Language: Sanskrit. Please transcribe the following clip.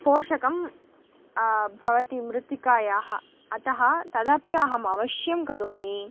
पोषकं भवति मृत्तिकायाः अतः तदपि अहमवश्यं करोमि